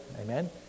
amen